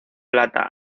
plata